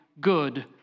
good